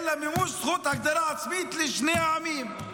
אלא מימוש זכות הגדרה עצמית לשני העמים.